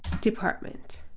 department.